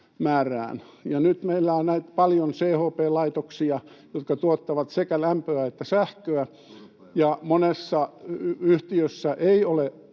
Nyt meillä on paljon CHP-laitoksia, jotka tuottavat sekä lämpöä että sähköä, [Petri